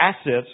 assets